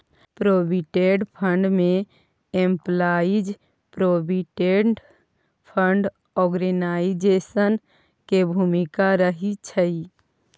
provident fund में employees provident fund organisation के भूमिका रहइ छइ